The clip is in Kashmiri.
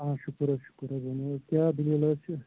آ شُکُر حظ شُکُر حظ ؤنِو حظ کیٛاہ دٔلیٖل حظ چھِ